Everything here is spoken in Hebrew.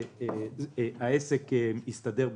והעסק הסתדר בצ'יק-צ'ק.